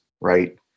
Right